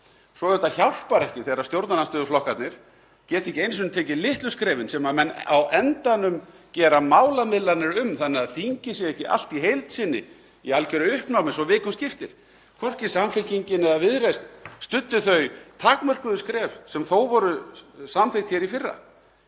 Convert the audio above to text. Svo hjálpar auðvitað ekki þegar stjórnarandstöðuflokkarnir geta ekki einu sinni stigið litlu skrefin sem menn á endanum gera málamiðlanir um þannig að þingið sé ekki allt í heild sinni í algjöru uppnámi svo vikum skiptir. Hvorki Samfylkingin né Viðreisn studdi þau takmörkuðu skref sem þó voru samþykkt í fyrra.